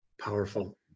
powerful